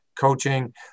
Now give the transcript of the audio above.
coaching